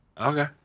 Okay